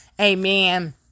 Amen